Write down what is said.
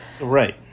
right